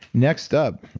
next up,